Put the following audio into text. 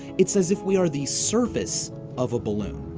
it's as if we are the surface of a balloon.